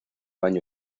año